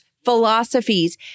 philosophies